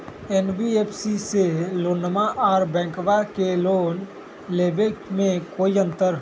NBFC से लोनमा आर बैंकबा से लोनमा ले बे में कोइ अंतर?